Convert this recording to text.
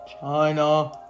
China